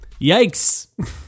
Yikes